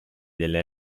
delle